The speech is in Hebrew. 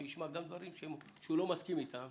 כשישמע גם דברים שהוא לא מסכים אתם,